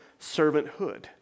servanthood